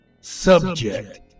Subject